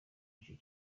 iki